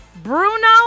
Bruno